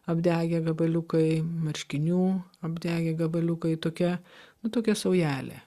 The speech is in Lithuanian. apdegę gabaliukai marškinių apdegę gabaliukai tokia nu tokia saujelė